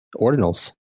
ordinals